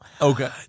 Okay